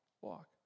Walk